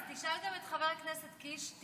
אז תשאל גם את חבר הכנסת קיש.